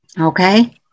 okay